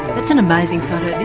that's an amazing photo this